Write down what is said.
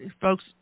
folks